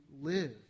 live